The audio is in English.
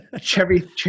Chevy